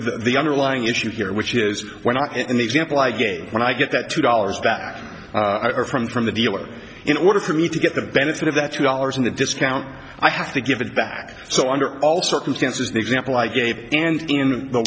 the underlying issue here which is why not in the example i gave when i get that two dollars back from from the dealer in order for me to get the benefit of that two dollars in the discount i have to give it back so under all circumstances the example i gave and in the